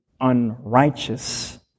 unrighteous